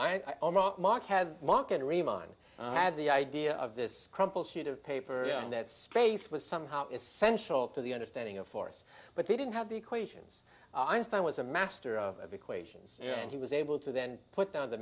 me i had the idea of this crumpled sheet of paper in that space was somehow essential to the understanding of force but they didn't have the equations einstein was a master of equations and he was able to then put down t